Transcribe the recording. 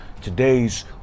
today's